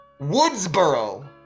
Woodsboro